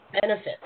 benefits